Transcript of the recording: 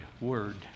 word